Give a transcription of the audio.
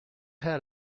had